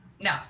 No